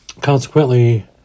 consequently